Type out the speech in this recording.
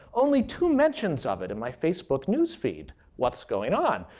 only two mentions of it in my facebook news feed. what's going on?